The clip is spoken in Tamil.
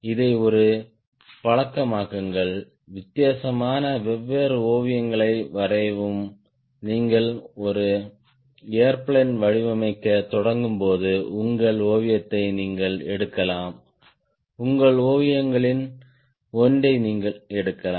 இதை ஒரு பழக்கமாக்குங்கள் வித்தியாசமான வெவ்வேறு ஓவியங்களை வரையவும் நீங்கள் ஒரு ஏர்பிளேன் வடிவமைக்கத் தொடங்கும்போது உங்கள் ஓவியத்தை நீங்கள் எடுக்கலாம் உங்கள் ஓவியங்களில் ஒன்றை நீங்கள் எடுக்கலாம்